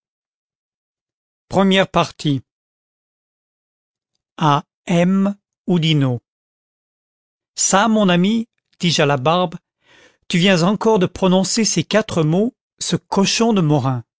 a m oudinot i ça mon ami dis-je à labarbe tu viens encore de prononcer ces quatre mots ce cochon de morin